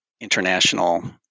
international